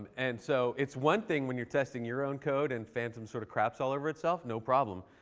and so it's one thing when you're testing your own code and phantom sort of craps all over itself, no problem.